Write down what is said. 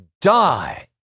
die